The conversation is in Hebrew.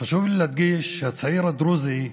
חשוב לי להדגיש שהצעיר הדרוזי,